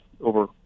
over